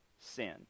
sin